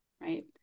right